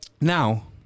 Now